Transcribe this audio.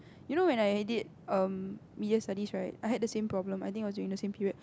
you know when I did um media studies right I had the same problem I think it was during the same period